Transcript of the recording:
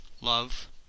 Love